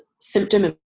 symptom